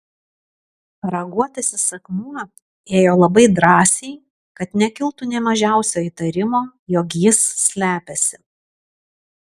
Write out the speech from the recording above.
raguotasis akmuo ėjo labai drąsiai kad nekiltų nė mažiausio įtarimo jog jis slepiasi